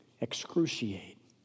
Excruciate